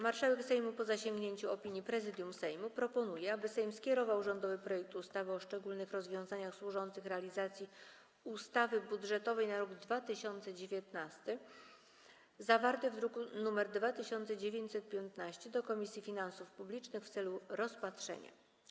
Marszałek Sejmu, po zasięgnięciu opinii Prezydium Sejmu, proponuje, aby Sejm skierował rządowy projekt ustawy o szczególnych rozwiązaniach służących realizacji ustawy budżetowej na rok 2019, zawarty w druku nr 2915, do Komisji Finansów Publicznych w celu rozpatrzenia.